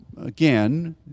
again